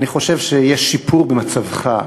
אני חושב שיש שיפור במצבך.